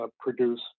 produce